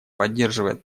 поддерживает